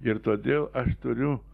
ir todėl aš turiu